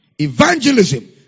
evangelism